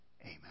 Amen